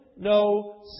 no